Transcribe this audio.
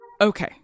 okay